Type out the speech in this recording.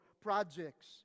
projects